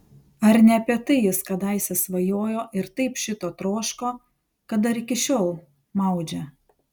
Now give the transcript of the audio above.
ar ne apie tai jis kadaise svajojo ir taip šito troško kad dar iki šiol maudžia